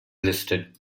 listed